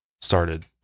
started